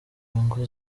nyungu